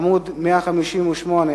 עמ' 158,